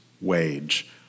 wage